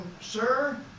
Sir